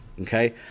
Okay